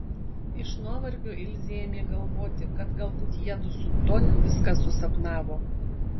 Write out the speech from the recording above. iš nuovargio ilzė ėmė galvoti kad galbūt jiedu su toniu viską susapnavo